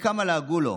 וכמה לעגו לו.